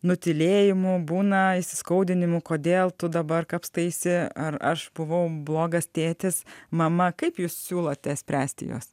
nutylėjimų būna įsiskaudinimų kodėl tu dabar kapstaisi ar aš buvau blogas tėtis mama kaip jūs siūlote spręsti juos